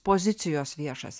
pozicijos viešas